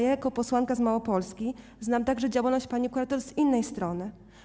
Jako posłanka z Małopolski znam także działalność pani kurator z innej strony.